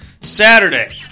Saturday